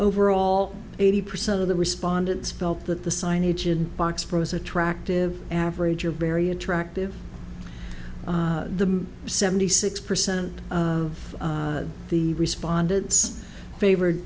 overall eighty percent of the respondents felt that the signage and box pros attractive average are very attractive seventy six percent of the respondents favored